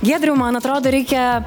giedriau man atrodo reikia